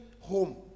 home